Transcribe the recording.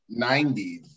90s